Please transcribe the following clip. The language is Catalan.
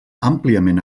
àmpliament